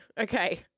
Okay